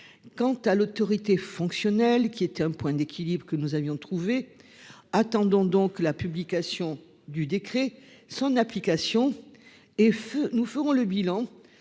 pérenne. L'autorité fonctionnelle est le point d'équilibre que nous avions trouvé. Attendons la publication du décret, son application, et nous ferons ensuite